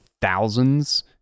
thousands